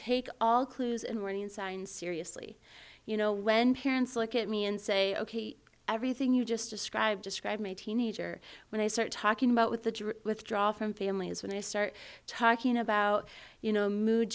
take all clues and warning signs seriously you know when parents look at me and say ok everything you just described described my teenager when i start talking about with the withdraw from families when they start talking about you know mood